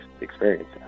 experience